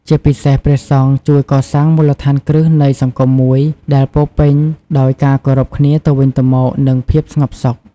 ជាពិសេស ព្រះសង្ឃជួយកសាងមូលដ្ឋានគ្រឹះនៃសង្គមមួយដែលពោរពេញដោយការគោរពគ្នាទៅវិញទៅមក និងភាពស្ងប់សុខ។